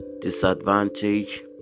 disadvantage